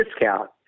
discount